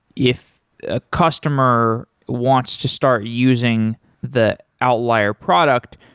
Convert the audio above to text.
if a customer wants to start using the outlier product,